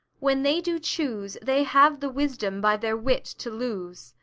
when they do choose, they have the wisdom by their wit to lose.